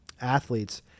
athletes